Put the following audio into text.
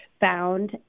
found